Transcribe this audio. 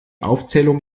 aufzählung